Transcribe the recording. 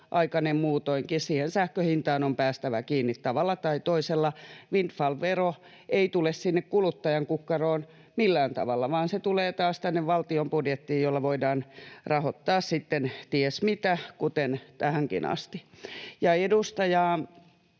pitkäaikainen muutoinkaan — sähkönhintaan on päästävä kiinni tavalla tai toisella. Windfall-vero ei tule sinne kuluttajan kukkaroon millään tavalla, vaan se tulee taas tänne valtion budjettiin, jolla voidaan rahoittaa sitten ties mitä, kuten tähänkin asti. Edustaja